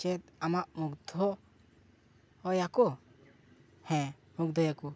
ᱪᱮᱫ ᱟᱢᱟᱜ ᱢᱩᱜᱽᱫᱷᱚ ᱦᱚᱭᱟᱠᱚ ᱦᱮᱸ ᱢᱩᱜᱽᱫᱷᱚᱭᱟᱠᱚ